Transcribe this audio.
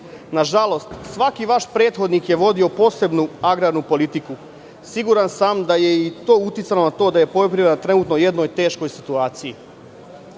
Nažalost, svaki vaš prethodnik je vodio posebnu agrarnu politiku. Siguran sam da je i to uticalo na to da je poljoprivreda trenutno u jednoj teškoj situaciji.